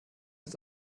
ist